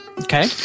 Okay